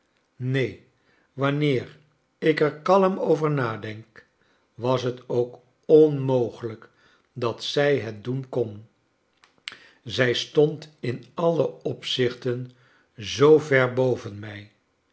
neen wanneer ik er kahn over nadenk was het ook onmogeiijk dat zij het doen kon zij stond in alio opzichten zoo ver boven mij